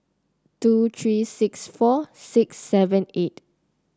two three six four six seven eight